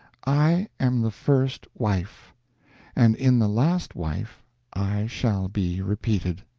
i am the first wife and in the last wife i shall be repeated.